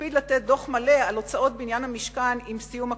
הקפיד לתת דוח מלא על הוצאות בניין המשכן עם סיום הקמתו.